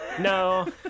no